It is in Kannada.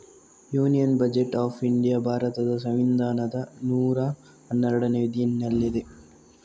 ಯೂನಿಯನ್ ಬಜೆಟ್ ಆಫ್ ಇಂಡಿಯಾ ಭಾರತದ ಸಂವಿಧಾನದ ನೂರಾ ಹನ್ನೆರಡನೇ ವಿಧಿನಲ್ಲಿದೆ